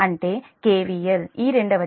అంటే కెవిఎల్ ఈ రెండవది